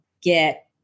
get